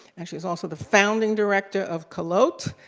and she was also the founding director of kolot,